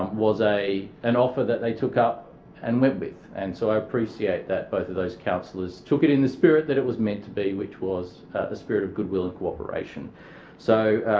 um was an and offer that they took up and went with. and so i appreciate that. both of those councillors took it in the spirit that it was meant to be which was the spirit of goodwill and co-operation. so